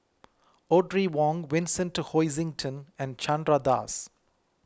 Audrey Wong Vincent Hoisington and Chandra Das